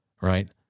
right